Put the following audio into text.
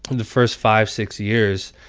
the first five, six years.